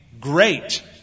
great